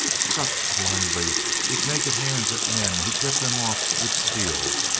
struck blindly with naked hands at men who kept them off with steel,